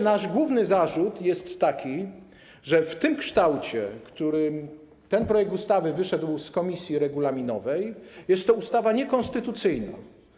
Nasz główny zarzut jest taki, że w tym kształcie, w którym ten projekt ustawy wyszedł z komisji regulaminowej, jest to ustawa niekonstytucyjna.